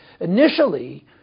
initially